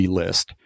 list